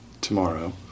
tomorrow